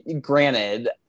Granted